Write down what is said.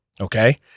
okay